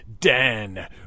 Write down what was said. Dan